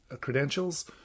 credentials